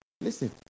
Listen